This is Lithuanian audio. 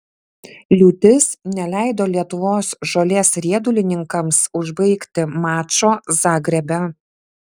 liūtis neleido lietuvos žolės riedulininkams užbaigti mačo zagrebe